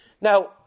Now